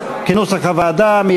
כנוסח הוועדה.